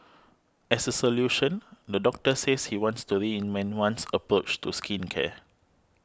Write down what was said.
as a solution the doctor says he wants to reinvent one's approach to skincare